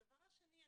הדבר השני.